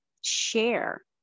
share